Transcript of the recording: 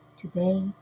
today